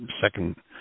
second